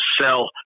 sell